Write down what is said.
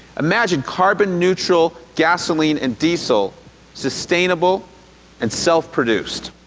imagine carbon neutral gasoline and diesel sustainable and self produced.